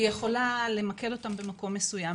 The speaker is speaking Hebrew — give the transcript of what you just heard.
היא יכולה למקד אותם במקום מסוים.